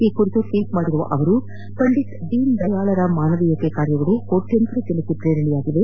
ಈ ಕುರಿತು ಟ್ವೀಟ್ ಮಾಡಿರುವ ಅವರು ಪಂಡಿತ್ ದೀನ್ ದಯಾಳ್ರ ಮಾನವೀಯತೆ ಕಾರ್ಯಗಳು ಕೋಟ್ಟಂತರ ಜನರಿಗೆ ಪ್ರೇರಣೆಯಾಗಿದೆ